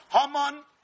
Haman